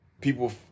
People